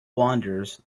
wanders